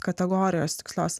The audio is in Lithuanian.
kategorijos tikslios